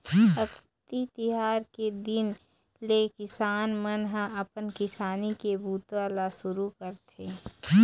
अक्ती तिहार के दिन ले किसान मन ह अपन किसानी के बूता ल सुरू करथे